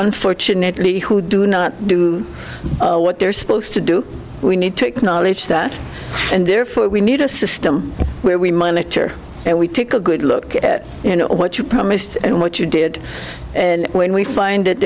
unfortunately who do not do what they're supposed to do we need to acknowledge that and therefore we need a system where we monitor and we take a good look at you know what you promised and what you did and when we find that